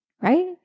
right